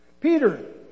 Peter